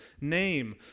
name